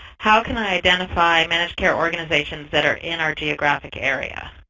how can i identify managed care organizations that are in our geographic area?